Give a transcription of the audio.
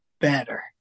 better